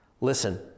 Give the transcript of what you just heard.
Listen